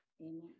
amen